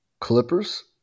Clippers